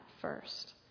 first